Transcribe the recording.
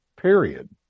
period